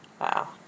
Wow